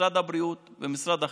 משרד הבריאות ומשרד החינוך,